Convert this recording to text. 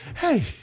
Hey